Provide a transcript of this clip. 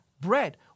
bread